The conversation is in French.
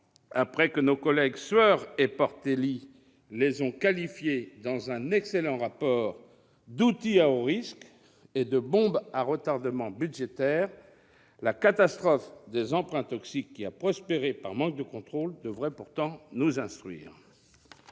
après que nos collègues Jean-Pierre Sueur et Hugues Portelli les ont qualifiés, dans un excellent rapport, d'« outils à haut risque » et de « bombes à retardement budgétaires ». La catastrophe des emprunts toxiques, qui a prospéré par manque de contrôle, devrait pourtant nous instruire.